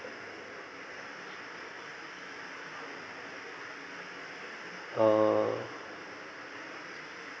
oh